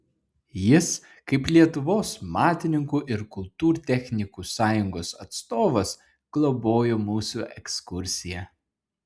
jis kaip lietuvos matininkų ir kultūrtechnikų sąjungos atstovas globojo mūsų ekskursiją